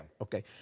Okay